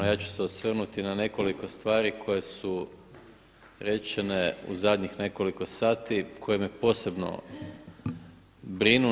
Ja ću se osvrnuti na nekoliko stvari koje su rečene u zadnjih nekoliko sati koje me posebno brinu.